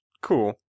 Cool